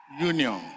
union